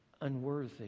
unworthy